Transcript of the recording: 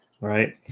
Right